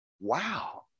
Wow